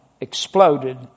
exploded